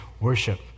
Worship